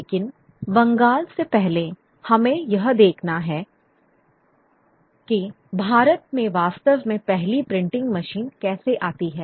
लेकिन बंगाल से पहले हमें यह भी देखना होगा कि भारत में वास्तव में पहली प्रिंटिंग मशीन कैसे आती है